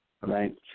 right